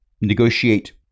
negotiate